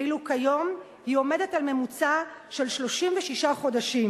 ואילו כיום היא עומדת על ממוצע של 36 חודשים.